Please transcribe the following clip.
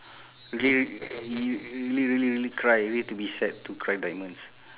real~ really really really cry need to be sad to cry diamonds